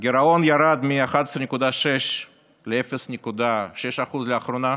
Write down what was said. הגירעון ירד מ-11.6% ל-0.6% לאחרונה,